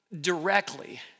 directly